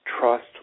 trust